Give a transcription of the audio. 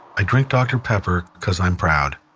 i drank dr. pepper because i'm proud.